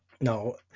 No